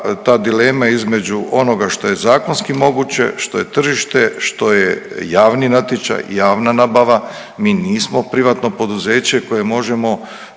da dilema između onoga što je zakonski moguće, što je tržište, što je javni natječaj i javna nabava, mi nismo privatno poduzeće koje možemo